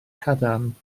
cadarn